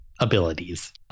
abilities